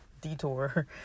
detour